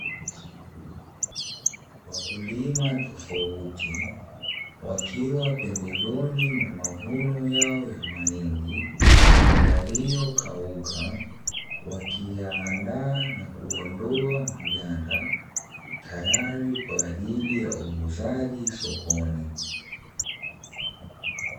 Wakulima tofauti wakiwa pembezoni mwa mavuno yao ya mahindi yaliyokauka wakiyaandaa na kuondoa maganda, tayari kwa ajili ya uuzaji sokoni.